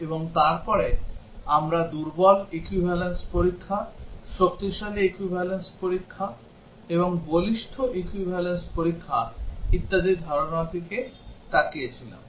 এবং তারপরে আমরা দুর্বল equivalence পরীক্ষা শক্তিশালী equivalence পরীক্ষা এবং বলিষ্ঠ equivalence পরীক্ষা ইত্যাদি ধারণার দিকে তাকিয়ে ছিলাম